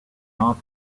our